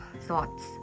thoughts